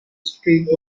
streak